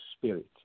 spirit